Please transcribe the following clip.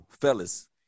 fellas